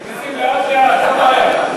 נסים, לאט-לאט, לא מהר.